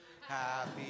Happy